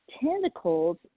tentacles